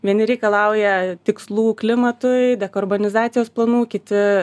vieni reikalauja tikslų klimatui dekarbonizacijos planų kiti